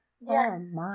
Yes